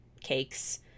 cakes